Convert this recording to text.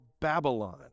Babylon